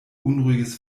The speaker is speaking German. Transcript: unruhiges